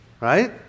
right